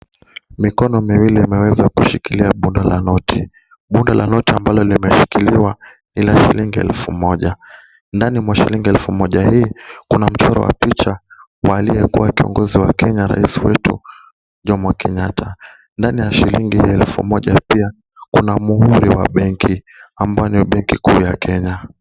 Mkono miwili imeweza kushikilia bunda la noti. Bunda la noti ambalo limeshikiliwa ni la shillingi elfu moja, ndani mwa shillingi elfu moja hii kuna mchoro wa picha wa aliyekuwa kiongozi wa Kenya, Rais wetu Jomo Kenyatta, ndani ya shillingi elfu moja pia kuna muhuri wa benki, ambao ni wa benki kuu ya Kenya.